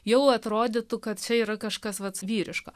jau atrodytų kad čia yra kažkas vat vyriško